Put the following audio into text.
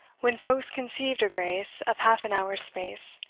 when folks conceived a grace of half an hour's space,